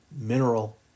mineral